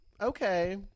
Okay